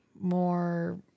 more